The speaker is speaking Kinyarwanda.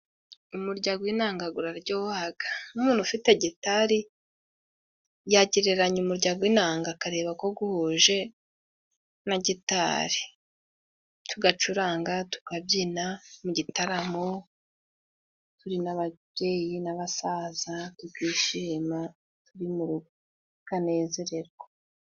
Umurya ngw'inanga gura ryohaga. Nk'umuntu ufite gitari yagereranya umurya ngw 'inanga akareba ko guhuje na gitari. Tugacuranga, tukabyina mu gitaramo turi n'ababyeyi, n'abasaza tukishima turi mu rugo tukanezererwa.